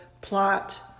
plot